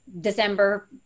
December